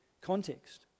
context